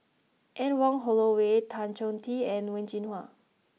Anne Wong Holloway Tan Choh Tee and Wen Jinhua